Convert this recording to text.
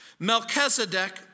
Melchizedek